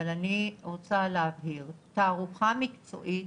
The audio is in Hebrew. אבל אני רוצה להבהיר, תערוכה מקצועית